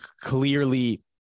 clearly